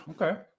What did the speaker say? Okay